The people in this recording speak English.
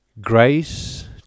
Grace